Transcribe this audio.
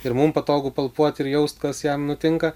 ir mum patogu palpuot ir jaust kas jam nutinka